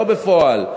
לא בפועל,